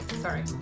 Sorry